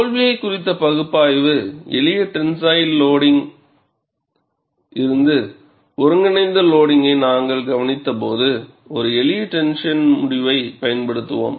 தோல்வியை குறித்த பகுப்பாய்வு எளிய டென்சைல் லோடிங்கில் இருந்து ஒருங்கிணைந்த லோடிங்கை நாங்கள் கவனித்தபோது ஒரு எளிய டென்ஷன் டெஸ்ட் முடிவைப் பயன்படுத்துவோம்